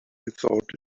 thought